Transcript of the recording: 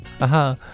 Aha